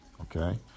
okay